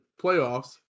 playoffs